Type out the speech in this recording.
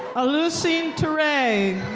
alusine turay.